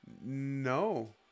No